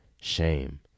shame